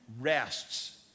rests